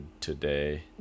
today